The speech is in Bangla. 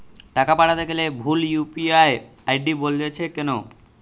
টাকা পাঠাতে গেলে ভুল ইউ.পি.আই আই.ডি বলছে কেনো?